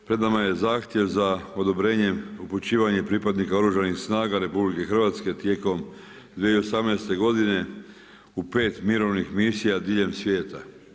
Pred nama je zahtjev za odobrenjem, upućivanje pripadnika oružanih snaga RH tijekom 2018. godine u 5 mirovnih misija diljem svijeta.